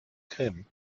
krim